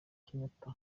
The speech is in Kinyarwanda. kenyatta